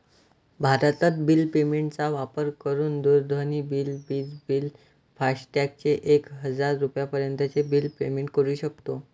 भारतत bill payment चा वापर करून दूरध्वनी बिल, विज बिल, फास्टॅग चे एक हजार रुपयापर्यंत चे बिल पेमेंट करू शकतो